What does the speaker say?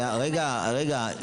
שנייה, רגע, רגע.